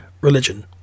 religion